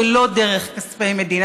ולא דרך כספי מדינה,